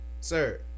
sir